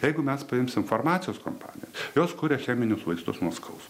jeigu mes paimsim farmacijos kompanijas jos kuria cheminius vaistus nuo skausmo